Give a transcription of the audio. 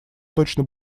точно